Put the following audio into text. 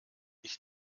ich